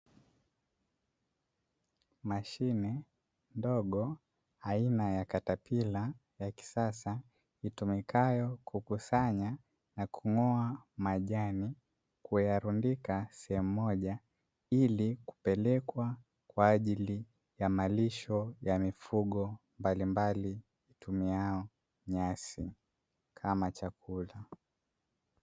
Mashine ndogo aina ya katapila ya kisasa itumikayo kukusanya na kung'oa majani kuyarundika sehemu moja, ili kupelekwa kwa ajili ya malisho ya mifugo mbalimbali itumiayo nyasi kama chakula.